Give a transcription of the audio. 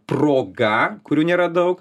proga kurių nėra daug